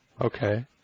Okay